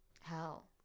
Hell